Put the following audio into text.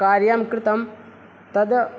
कार्यं कृतं तद्